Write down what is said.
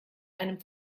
einem